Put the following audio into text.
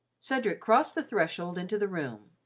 cedric crossed the threshold into the room.